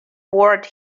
board